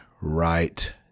right